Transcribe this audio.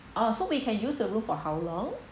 oh so we can use the room for how long